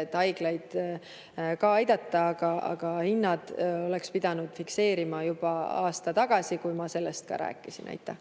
et haiglaid aidata. Aga hinnad oleks pidanud fikseerima juba aasta tagasi, kui ma sellest rääkisin. Ja